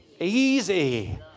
easy